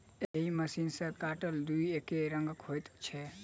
एहि मशीन सॅ काटल दुइब एकै रंगक होइत छै